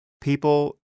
people